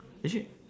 actually